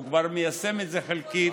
הוא כבר מיישם את זה חלקית